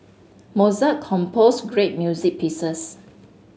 Mozart composed great music pieces